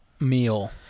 meal